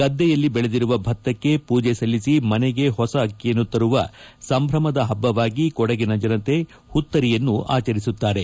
ಗದ್ದೆಯಲ್ಲಿ ಬೆಳೆದಿರುವ ಭತಕ್ಕೆ ಪೂಜೆ ಸಲ್ಲಿಸಿ ಮನೆಗೆ ಹೊಸ ಅಕ್ಕಿಯನ್ನು ತರುವ ಸಂಭ್ರಮದ ಪಬ್ಬವಾಗಿ ಕೊಡಗಿನ ಜನತೆ ಪುತ್ತರಿಯನ್ನು ಆಚರಿಸುತ್ತಾರೆ